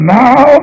now